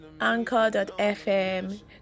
Anchor.fm